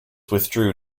withdrew